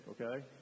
okay